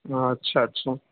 ہاں اچھا اچھا